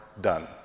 done